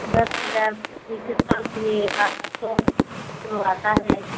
दस हज़ार जैसी क्वालिटी है आठ सौ तो आता है